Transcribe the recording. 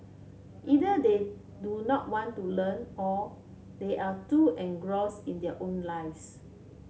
either they do not want to learn or they are too engross in their own lives